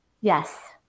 Yes